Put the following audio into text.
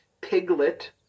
Piglet